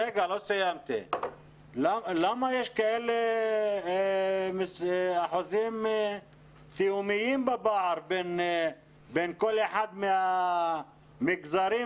למה יש כאלה אחוזים תהומיים בפער בין כל אחד מהמגזרים,